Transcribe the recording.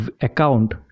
account